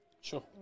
Sure